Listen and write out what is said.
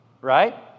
Right